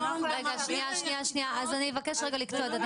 רגע, שנייה, אז אני אבקש רגע לקטוע את הדיון,